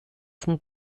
von